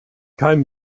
kein